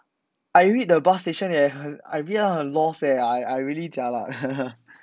I read the bus station eh 很 I real~ 很 lost leh I I really jialat